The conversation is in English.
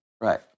Right